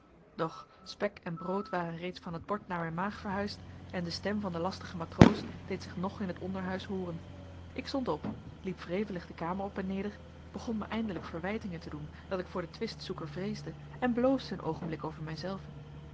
doch spek en brood waren reeds van het bord naar mijn maag verhuisd en de stem van den lastigen matroos deed zich nog in het onderhuis hooren ik stond op liep wrevelig de kamer op en neder begon ma eindelijk verwijtingen te doen dat ik voor den twistzoeker vreesde en bloosde een oogenblik over mijzelven